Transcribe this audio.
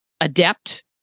adept